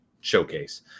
showcase